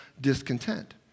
discontent